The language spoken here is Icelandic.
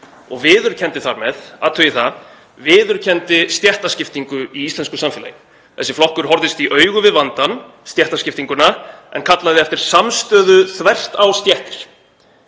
og viðurkenndi þar með, athugið það, viðurkenndi stéttaskiptingu í íslensku samfélagi. Þessi flokkur horfðist í augu við vandann, stéttaskiptinguna, en kallaði eftir samstöðu þvert á stéttir.